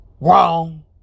Wrong